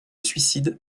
suicide